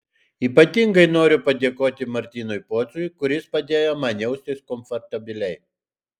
ypatingai noriu padėkoti martynui pociui kuris padėjo man jaustis komfortabiliai